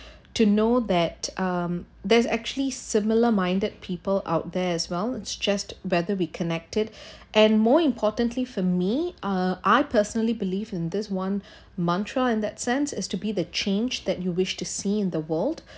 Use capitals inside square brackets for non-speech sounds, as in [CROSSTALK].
to know that um there's actually similar minded people out there as well it's just whether we connected [BREATH] and more importantly for me ah I personally believe in this one [BREATH] mantra in that sense it's to be the change that you wished to see in the world